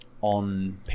on